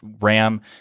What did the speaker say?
RAM